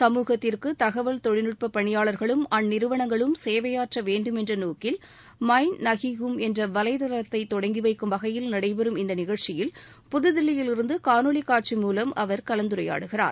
சமூகத்திற்கு தகவல் தொழில்நுட்ப பணியாளர்களும் அந்நிறுவனங்களும் சேவையாற்ற வேண்டும் என்ற நோக்கில் மெயின் நஹீ ஹும் என்ற வலைதளத்தை தொடங்கி வைக்கும் வகையில் நடைபெறும் இந்த நிகழ்ச்சியில் புதுதில்லியிலிருந்து காணொலி காட்சி மூலம் அவர் கலந்துரையாடுகிறார்